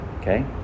Okay